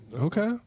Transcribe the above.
Okay